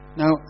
now